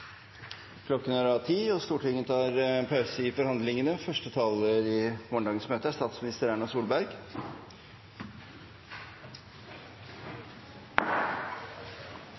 Klokken er da blitt 22, og Stortinget tar pause i forhandlingene. Første taler i morgendagens møte er statsminister Erna Solberg.